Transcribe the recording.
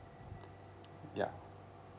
ya